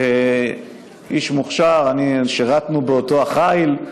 איש מוכשר, שירתנו באותו החיל,